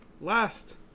last